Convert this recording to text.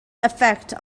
effect